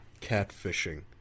catfishing